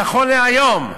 נכון להיום.